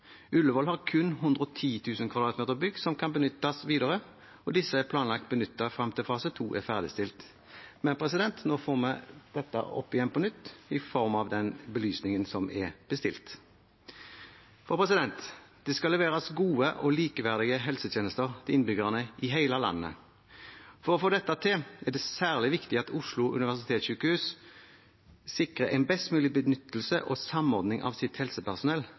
Ullevål. Ullevål har kun 110 000 m 2 bygg som kan benyttes videre, og disse er planlagt benyttet frem til fase 2 er ferdigstilt. Nå får vi dette opp igjen på nytt i form av belysningen som er bestilt. Det skal leveres gode og likeverdige helsetjenester til innbyggerne i hele landet. For å få til dette er det særlig viktig at Oslo universitetssykehus sikrer en best mulig benyttelse og samordning av sitt helsepersonell